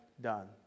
done